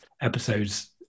episodes